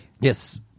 Yes